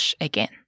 again